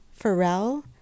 Pharrell